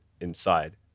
inside